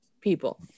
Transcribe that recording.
people